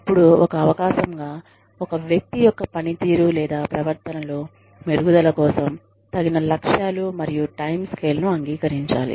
అప్పుడు ఒక అవకాశంగా ఒక వ్యక్తి యొక్క పనితీరు లేదా ప్రవర్తనలో మెరుగుదల కోసం తగిన లక్ష్యాలు మరియు టైం స్కేల్ ను అంగీకరించాలి